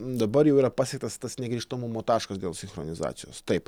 dabar jau yra pasiektas tas negrįžtamumo taškas dėl sinchronizacijos taip